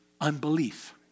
unbelief